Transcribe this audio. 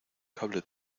cable